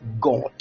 God